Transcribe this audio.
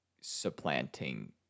supplanting